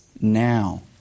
Now